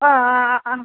ആ ആ ആ ആ